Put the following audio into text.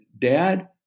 Dad